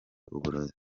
uburozi